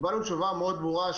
קיבלנו תשובה מאוד ברורה,